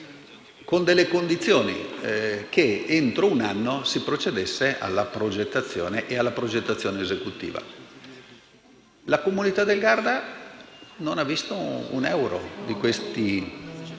con la condizione che entro un anno si procedesse alla progettazione e alla progettazione esecutiva. La comunità del Garda non ha visto neanche un euro di questi